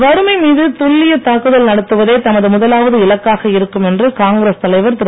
வறுமை மீது துல்லியத் தாக்குதல் நடத்துவதே தமது முதலாவது இலக்காக இருக்கும் என்று காங்கிரஸ் தலைவர் திரு